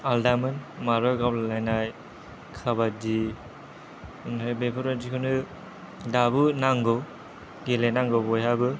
आलादामोन मारबल गावलायलायनाय काबादि ओमफ्राय बेफोरबादिखौनो दाबो नांगौ गेलेनांगौ बयहाबो